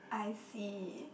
I see